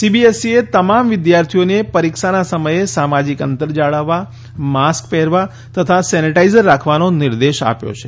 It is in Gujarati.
સીબીએસઇ એ તમામ વિદ્યાર્થીઓને પરીક્ષા સમયે સામાજીક અંતર જાળવવા માસ્ક પહેરવા તથા સેનીટાઇઝર રાખવાનો નિર્દેશ આપ્યો છે